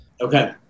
Okay